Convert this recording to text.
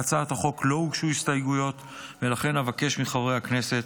להצעת החוק לא הוגשו הסתייגויות ולכן אבקש מחברי הכנסת